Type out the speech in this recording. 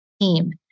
team